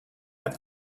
have